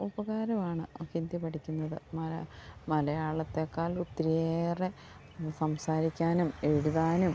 ഉപകാരമാണ് ഹിന്ദി പഠിക്കുന്നത് മലയാളത്തേക്കാളൊത്തിരിയേറെ സംസാരിക്കാനും എഴുതാനും